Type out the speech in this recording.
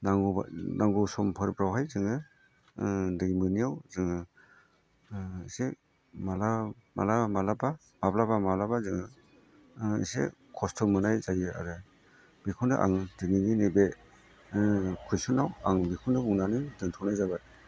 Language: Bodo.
नांगौ समफोरफ्रावहाय जोङो दै मोनियाव जोङो एसे माब्ला माब्लाबा जों एसे खस्थ' मोननाय जायो आरो बेखौनो आं दिनैनि नैबे कुइसनाव आं बेखौनो बुंनानै दोनथ'नाय जाबाय